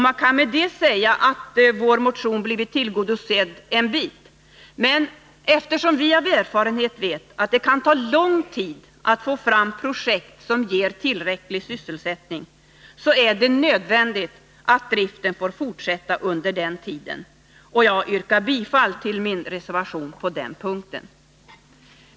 Man kan säga att vår motion med detta blivit tillgodosedd en bit, men eftersom vi av erfarenhet vet att det kan ta lång tid att få fram projekt som ger tillräcklig sysselsättning är det nödvändigt att driften får fortsätta under den tiden. Jag yrkar bifall till min reservation 6 på den punkten.